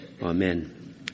Amen